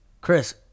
Chris